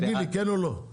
כאגף תקציבים, בעד.